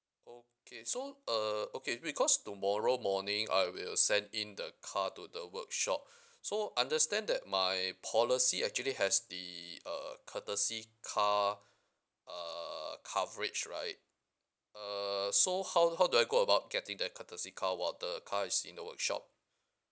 okay so uh okay because tomorrow morning I will send in the car to the workshop so understand that my policy actually has the uh courtesy car uh coverage right uh so how how do I go about getting the courtesy car warrantor car is in the workshop